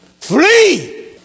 flee